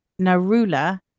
Narula